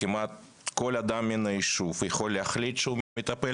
היום כמעט כל אדם יכול להחליט שהוא מטפל